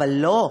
אבל לא.